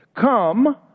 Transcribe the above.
come